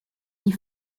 die